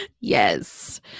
yes